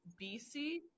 BC